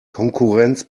konkurrenz